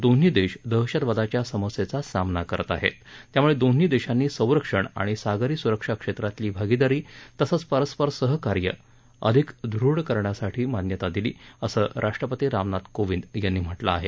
दोन्ही देश दहशतवादाच्या समस्येचा सामना करत आहेत त्यामुळे दोन्ही देशांनी संरक्षण आणि सागरी सुरक्षा क्षेत्रातली भागिदारी आणि परस्पर सहकार्य अधिक दृढ करण्यासाठीही मान्यता दिली असं राष्ट्रपती रामनाथ कोविंद यांनी म्हटलं आहे